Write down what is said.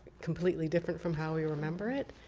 completely different from how we remember it.